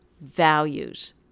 values